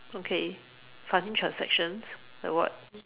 okay funny transactions like what